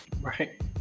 right